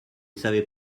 savais